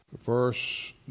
verse